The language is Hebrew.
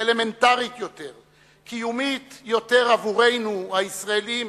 אלמנטרית יותר, קיומית יותר עבורנו, הישראלים,